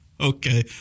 Okay